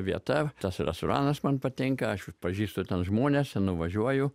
vieta tas restoranas man patinka aš jį pažįstu ten žmonės čia nuvažiuoju